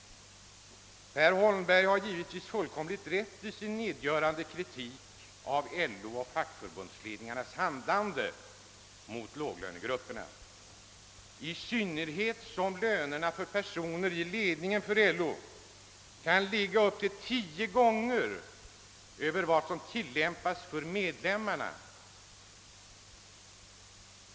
Han har givetvis fullkomligt rätt i sin nedgörande kritik av LO och fackförbundsledningarnas handlande mot låglönegrupperna, i synnerhet som lönerna för personer i LO:s ledning kan vara mer än tio gånger större än medlemmarnas.